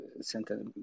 center